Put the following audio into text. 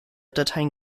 dateien